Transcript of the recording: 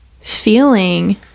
feeling